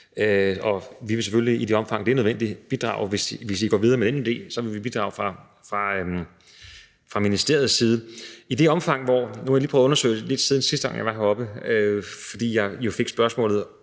Og vi vil selvfølgelig i det omfang, det er nødvendigt, hvis I går videre med den idé, bidrage fra ministeriets side. Nu har jeg lige prøvet at undersøge det lidt, siden jeg var heroppe sidste gang, fordi jeg fik spørgsmålet